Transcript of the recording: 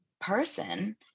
person